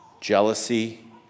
jealousy